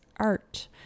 art